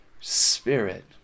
Spirit